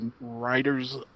writers